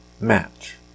match